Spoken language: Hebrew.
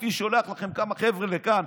פוטין שולח לכם כמה חבר'ה לכאן,